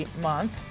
month